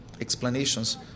explanations